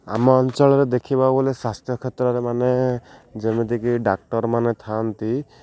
ଆମ ଅଞ୍ଚଳରେ ଦେଖିବାକୁ ଗଲେ ସ୍ୱାସ୍ଥ୍ୟ କ୍ଷେତ୍ରରେ ମାନେ ଯେମିତିକି ଡାକ୍ତରମାନେ ଥାଆନ୍ତି